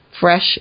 fresh